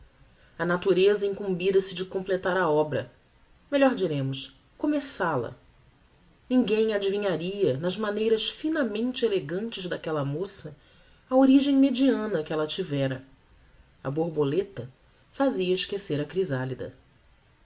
a natureza incumbira se de completar a obra melhor diremos começal a ninguem adivinharia nas maneiras finamente elegantes daquella moça a origem mediana que ella tivera a borboleta fazia esquecer a chrysalida vi